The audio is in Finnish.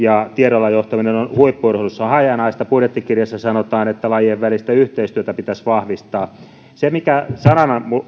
ja tiedolla johtaminen on huippu urheilussa hajanaista budjettikirjassa sanotaan että lajien välistä yhteistyötä pitäisi vahvistaa se mikä sanana